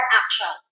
action